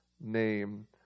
name